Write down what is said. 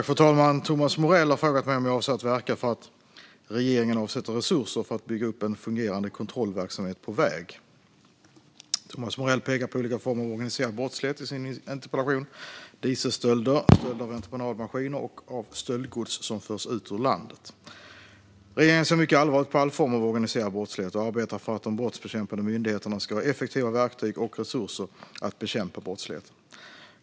Fru talman! Thomas Morell har frågat mig om jag avser att verka för att regeringen avsätter resurser för att bygga upp en fungerande kontrollverksamhet på väg. Svar på interpellationer Thomas Morell pekar på olika former av organisad brottslighet i sin interpellation: dieselstölder, stölder av entreprenadmaskiner och utförsel av stöldgods ur landet. Regeringen ser mycket allvarligt på all form av organiserad brottslighet och arbetar för att de brottsbekämpande myndigheterna ska ha effektiva verktyg och resurser att bekämpa brottsligheten.